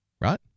Right